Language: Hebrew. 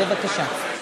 בבקשה.